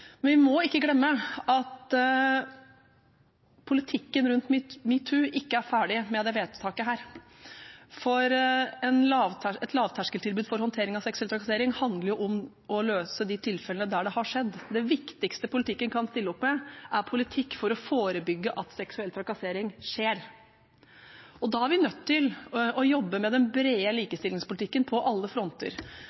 Men vi må ikke glemme at politikken rundt metoo ikke er ferdig med dette vedtaket. Et lavterskeltilbud for håndtering av seksuell trakassering handler om å løse de tilfellene der det har skjedd. Det viktigste politikken kan stille opp med, er politikk for å forebygge at seksuell trakassering skjer. Da er vi nødt til å jobbe med den brede